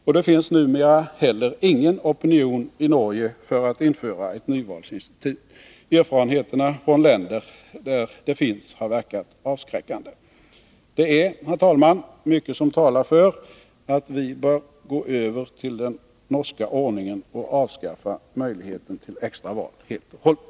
Och det finns numera heller ingen opinion i Norge för att införa ett nyvalsinstitut. Erfarenheterna från länder där det finns har verkat avskräckande. Det är, herr talman, mycket som talar för att vi bör gå över till den norska ordningen och avskaffa möjligheten till extra val helt och hållet.